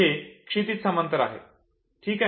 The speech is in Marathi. हे क्षितीज समांतर आहे ठीक आहे